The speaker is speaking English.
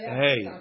hey